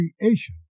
creation